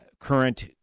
current